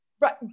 Right